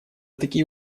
такие